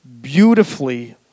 beautifully